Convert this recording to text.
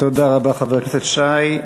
תודה רבה, חבר הכנסת שי.